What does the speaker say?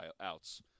outs